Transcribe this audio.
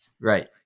right